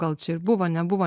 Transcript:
gal čia ir buvo nebuvo